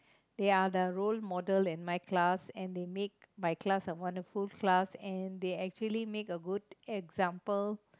they are the role model in my class and they make my class a wonderful class and they actually make a good example